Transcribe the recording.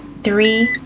three